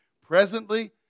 Presently